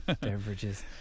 beverages